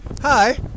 hi